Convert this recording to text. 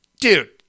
Dude